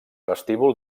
vestíbul